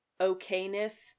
okayness